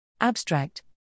Abstract